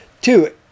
Two